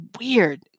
weird